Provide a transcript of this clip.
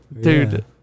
Dude